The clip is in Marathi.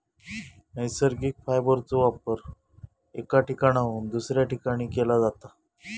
नैसर्गिक फायबरचो वापर एका ठिकाणाहून दुसऱ्या ठिकाणी केला जाता